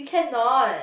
cannot